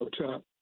Okay